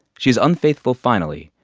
she's unfaithful finally,